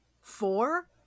four